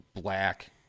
black